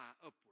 upward